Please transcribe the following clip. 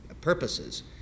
purposes